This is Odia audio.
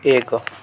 ଏକ